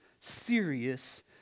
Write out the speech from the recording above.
serious